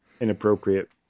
inappropriate